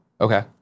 Okay